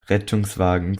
rettungswagen